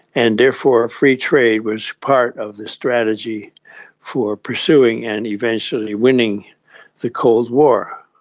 and therefore free trade was part of the strategy for pursuing and eventually winning the cold war.